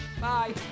Bye